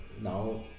now